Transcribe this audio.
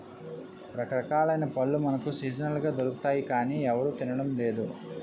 రకరకాలైన పళ్ళు మనకు సీజనల్ గా దొరుకుతాయి గానీ ఎవరూ తినడం లేదు